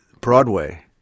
Broadway